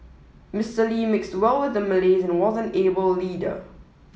Mister Lee mixed well with the Malays and was an able leader